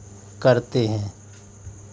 करते हैं